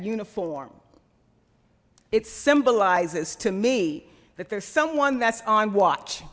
uniform it symbolizes to me that there's someone that's on watch